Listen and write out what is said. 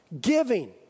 giving